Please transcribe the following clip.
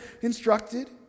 instructed